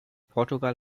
portugal